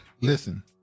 Listen